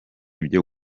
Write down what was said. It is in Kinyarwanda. byo